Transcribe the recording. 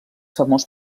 famós